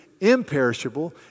imperishable